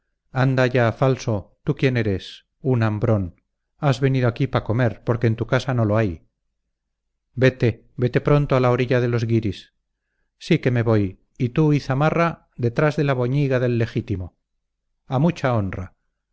anda allá falso tú quién eres un hambrón has venido aquí pa comer porque en tu casa no lo hay vete vete pronto a orilla de los guiris sí que me voy y tú y zamarra detrás de la boñiga del legítimo a mucha honra